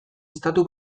estatu